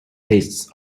tastes